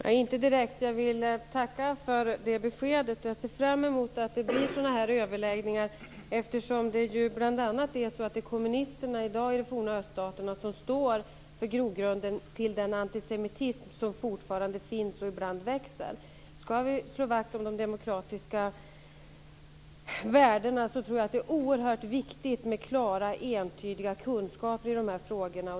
Herr talman! Jag vill tacka för beskedet. Jag ser fram emot sådana överläggningar. Det är kommunisterna i dag i de forna öststaterna som står för grogrunden till den antisemitism som fortfarande finns och ibland växer. Skall vi slå vakt om de demokratiska värdena är det oerhört viktigt med klara entydiga kunskaper i frågorna.